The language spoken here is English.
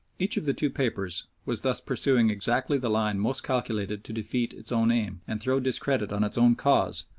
each of the two papers was thus pursuing exactly the line most calculated to defeat its own aim, and throw discredit on its own cause,